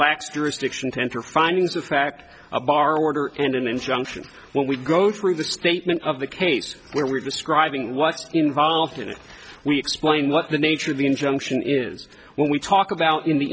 lacks jurisdiction to enter findings of fact a bar order and an injunction when we go through the statement of the case where we're describing what's involved in it we explain what the nature of the injunction is when we talk about in the